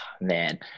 Man